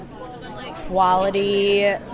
quality